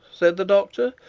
said the doctor,